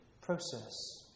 process